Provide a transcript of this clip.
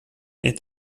est